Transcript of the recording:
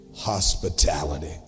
Hospitality